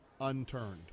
unturned